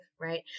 right